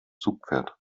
zugpferd